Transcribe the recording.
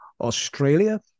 Australia